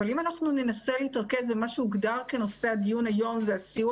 אבל אם אנחנו ננסה להתרכז במה שהוגדר כנושא הדיון היום זה הסיוע